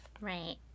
Right